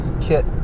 kit